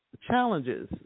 challenges